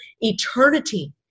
eternity